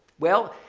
well,